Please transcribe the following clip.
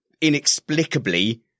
inexplicably